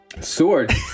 Sword